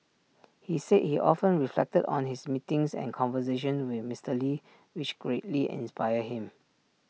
he said he often reflected on his meetings and conversations with Mister lee which greatly inspired him